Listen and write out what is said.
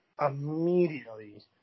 immediately